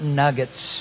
nuggets